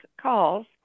calls